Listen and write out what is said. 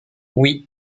oui